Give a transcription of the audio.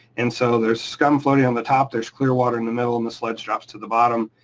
and so there's scum floating on the top, there's clear water in the middle and the sludge drops to the bottom.